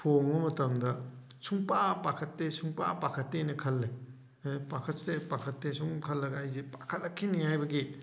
ꯊꯣꯡꯕ ꯃꯇꯝꯗ ꯁꯨꯡꯄꯥ ꯄꯥꯈꯠꯇꯦ ꯁꯨꯡꯄꯥ ꯄꯥꯈꯠꯇꯦꯅ ꯈꯜꯂꯦ ꯄꯥꯈꯠꯇꯦ ꯄꯥꯈꯠꯇꯦ ꯁꯨꯝ ꯈꯜꯂꯒ ꯑꯩꯁꯦ ꯄꯥꯈꯠꯂꯛꯈꯤꯅꯤ ꯍꯥꯏꯕꯒꯤ